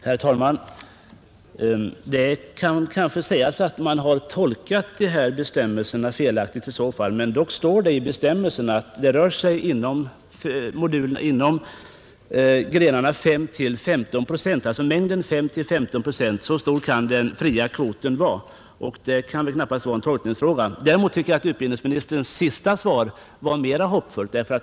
Herr talman! Det kan kanske sägas att man i så fall har tolkat dessa bestämmelser felaktigt. Men dock står det i bestämmelserna att det rör sig om mängden 5S—15 procent. Så stor kan den fria kvoten vara, Där kan det knappast vara en tolkningsfråga. Däremot tycker jag att utbildningsministerns senaste svar var mera hoppfullt.